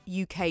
uk